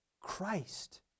Christ